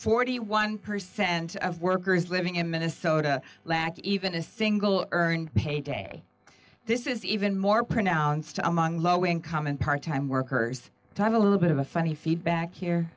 forty one percent of workers living in minnesota lack even a single earned pay day this is even more pronounced among low income and part time workers time a little bit of a funny feedback here